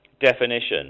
definition